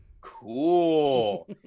cool